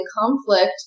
conflict